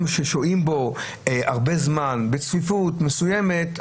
ששוהים בו הרבה זמן בצפיפות מסוימת,